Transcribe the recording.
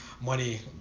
money